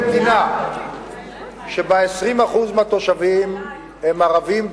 במדינה שבה 20% מהתושבים הם ערבים,